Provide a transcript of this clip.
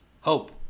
Hope